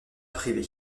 privé